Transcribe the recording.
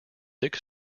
thick